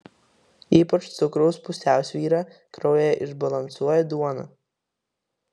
ypač cukraus pusiausvyrą kraujyje išbalansuoja duona